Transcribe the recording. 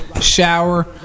shower